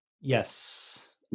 Yes